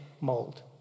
mold